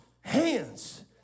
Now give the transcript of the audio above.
hands